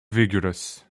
vigorous